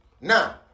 Now